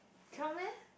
cannot meh